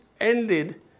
ended